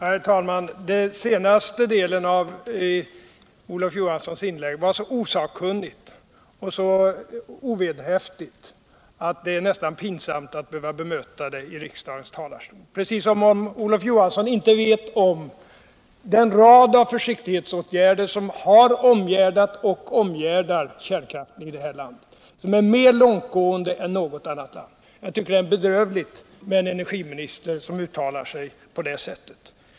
Herr talman! Vad Olof Johansson sade i den senaste delen av sitt inlägg var så osakkunnigt och så ovederhäftigt att det nästan är pinsamt att behöva bemöta det i riksdagens talarstol. Det lät precis som om Olof Johansson inte vet om den rad av försiktighetsåtgärder som har omgärdat och omgärdar kärnkraften i det här Jandet och som är mer långtgående än i något annat land. Jag tycker det är bedrövligt med en energiminister som uttalar sig på det sättet.